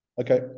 Okay